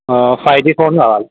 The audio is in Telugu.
ఫైవ్ జి ఫోన్ కావాలి